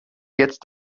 jetzt